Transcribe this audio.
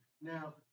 Now